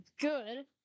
good